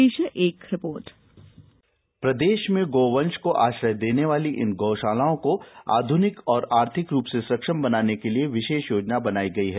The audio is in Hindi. पेष है एक रिपोर्ट गौवंष को आश्रय देने वाली इन गौषालाओं को आध्रनिक और आर्थिक रूप से सक्षम बनाने के लिए विषेष योजना बनाई गई है